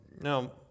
now